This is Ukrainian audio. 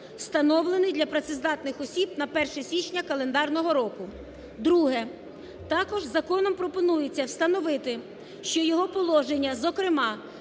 встановлений для працездатних осіб на 1 січня календарного року. Друге. Також законом пропонується встановити, що його положення, зокрема